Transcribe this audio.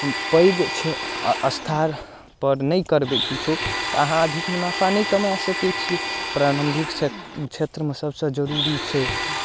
पैघ क्षे स्तर पर नहि करबै किछो तऽ अहाँ अधिक मुनाफा नहि कमाए सकै छियै प्रारम्भिक क्षे क्षेत्रमे सभसँ जरूरी छै